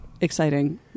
exciting